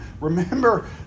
remember